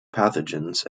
pathogens